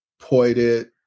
pointed